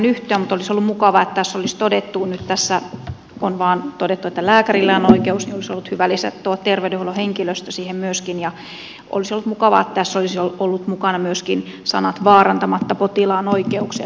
mutta olisi ollut mukavaa että tähän olisi lisätty kun tässä nyt on vain todettu että lääkärillä on oikeus tuo terveydenhuollon henkilöstö myöskin ja olisi ollut mukavaa että tässä olisivat olleet mukana myöskin sanat vaarantamatta potilaan oikeuksia